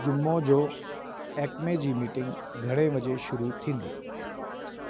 जुमो जो एक्मे जी मीटिंग घणे वजे शुरू थींदी